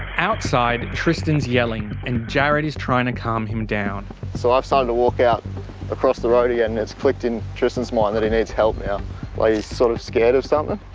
outside, tristan's yelling and jared is trying to calm him down. so i've started to walk out across the road and it's clicked in tristan's mind that he needs help now. like. he's sort of scared of something.